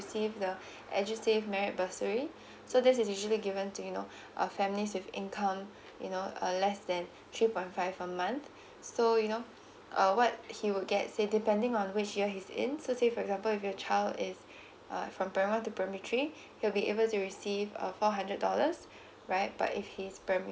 receive the edusave merit bursary so this is usually given to you know uh families with income you know uh less than three point five a month so you know uh what he would get say depending on which year he's in so say for example if your child is err from primary one to primary three will be able to receive uh four hundred dollars right but if he's primary